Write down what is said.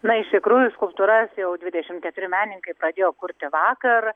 na iš tikrųjų skulptūras jau dvidešimt keturi menininkai pradėjo kurti vakar